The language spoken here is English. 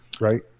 right